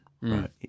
right